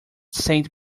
saint